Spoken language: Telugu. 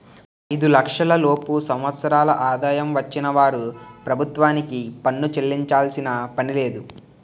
ఐదు లక్షల లోపు సంవత్సరాల ఆదాయం వచ్చిన వారు ప్రభుత్వానికి పన్ను చెల్లించాల్సిన పనిలేదు